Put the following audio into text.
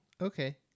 okay